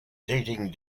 dating